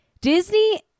Disney